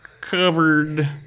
covered